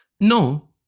No